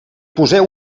poseu